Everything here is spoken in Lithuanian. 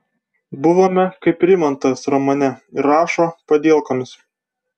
buvome kaip rimantas romane ir rašo padielkomis